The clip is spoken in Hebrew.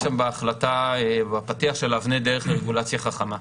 יש שם בהחלטה, בפתיח שלה, אבני דרך לרגולציה חכמה.